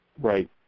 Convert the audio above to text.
Right